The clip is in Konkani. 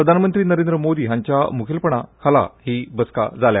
प्रधानमंत्री नरेंद्र मोदी हांच्या मुखेलपणा खाला ही बसका जाली